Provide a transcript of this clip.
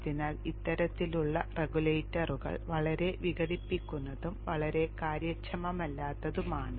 അതിനാൽ ഇത്തരത്തിലുള്ള റെഗുലേറ്ററുകൾ വളരെ വിഘടിപ്പിക്കുന്നതും വളരെ കാര്യക്ഷമമല്ലാത്തതുമാണ്